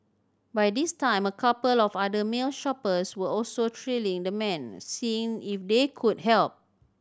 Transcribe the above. by this time a couple of other male shoppers were also trailing the man seeing if they could help